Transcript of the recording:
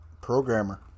programmer